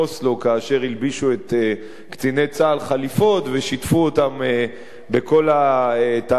כאשר הלבישו את קציני צה"ל חליפות ושיתפו אותם בכל התהליכים,